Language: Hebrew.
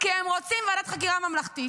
כי הם רוצים ועדת חקירה ממלכתית.